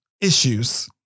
issues